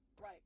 right